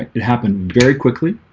it happened very quickly